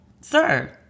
sir